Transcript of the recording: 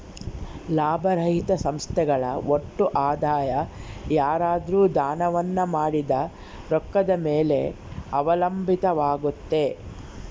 ಲಾಭರಹಿತ ಸಂಸ್ಥೆಗಳ ಒಟ್ಟು ಆದಾಯ ಯಾರಾದ್ರು ದಾನವನ್ನ ಮಾಡಿದ ರೊಕ್ಕದ ಮೇಲೆ ಅವಲಂಬಿತವಾಗುತ್ತೆ